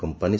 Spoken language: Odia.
କମ୍ପାନୀ